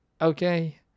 Okay